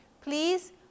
please